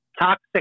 toxic